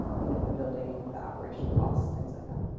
you know the building the operational costs things like that